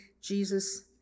Jesus